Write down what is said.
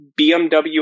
bmw